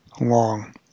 long